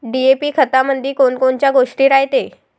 DAP खतामंदी कोनकोनच्या गोष्टी रायते?